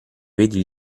vedi